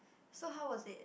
so how was it